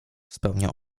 spełniał